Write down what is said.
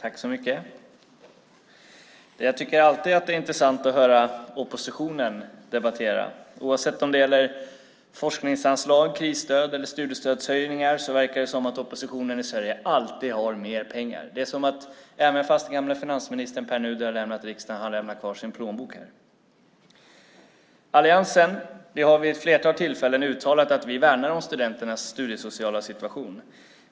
Fru talman! Jag tycker alltid att det är intressant att höra oppositionen debattera. Oavsett om det gäller forskningsanslag, krisstöd eller studiestödshöjningar verkar oppositionen i Sverige alltid ha mer pengar. Även om den gamle finansministern Pär Nuder har lämnat riksdagen är det som om han hade lämnat kvar sin plånbok här. Vi i alliansen har vid ett flertal tillfällen uttalat att vi värnar om studenternas studiesociala situation.